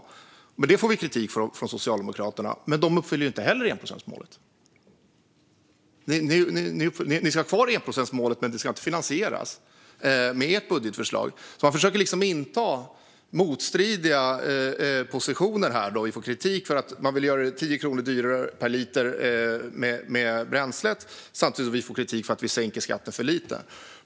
Vi får kritik för detta av Socialdemokraterna - men de uppfyller ju inte heller enprocentsmålet. De ska ha kvar det, men det ska inte finansieras med deras budgetförslag. Socialdemokraterna försöker att inta motstridiga positioner. De vill göra bränslet 10 kronor dyrare per liter samtidigt som de kritiserar oss för att vi sänker skatten för lite.